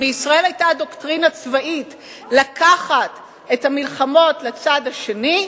אם לישראל היתה דוקטרינה צבאית לקחת את המלחמות לצד השני,